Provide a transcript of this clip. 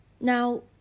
Now